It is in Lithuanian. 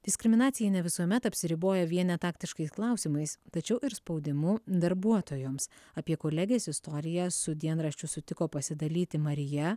diskriminacija ne visuomet apsiriboja vien netaktiškais klausimais tačiau ir spaudimu darbuotojoms apie kolegės istoriją su dienraščiu sutiko pasidalyti marija